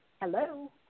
Hello